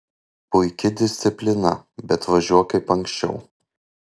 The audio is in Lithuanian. puiki disciplina bet važiuok kaip anksčiau